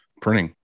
printing